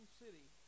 city